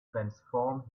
transform